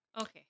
Okay